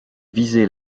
viser